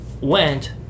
went